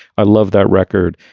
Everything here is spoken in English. i love that record.